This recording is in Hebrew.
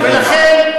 לסיים.